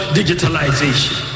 digitalization